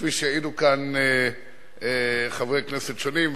כפי שיעידו כאן חברי כנסת שונים.